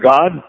God